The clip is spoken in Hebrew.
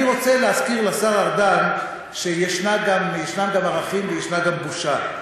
אני רוצה להזכיר לשר ארדן שיש גם ערכים ויש גם בושה.